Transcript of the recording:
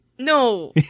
No